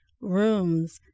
rooms